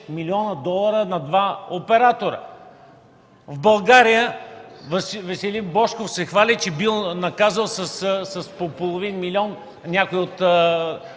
млн. долара – на двата оператора! В България Веселин Божков се хвали, че бил наказал с по половин милион някого.